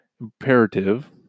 imperative